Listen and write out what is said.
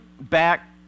back